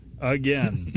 again